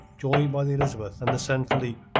joined by the elizabeth and the san felipe,